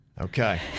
Okay